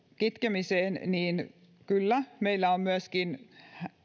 kitkemisestä kyllä meillä on myöskin